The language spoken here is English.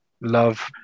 Love